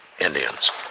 Indians